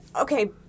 okay